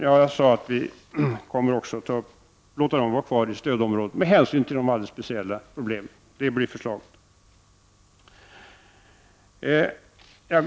Jag sade att vi kommer att låta Kristinehamn vara kvar i stödområdet med hänsyn till de speciella problemen. Så kommer förslaget att lyda.